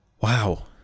Wow